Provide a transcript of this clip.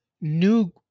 new